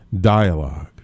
dialogue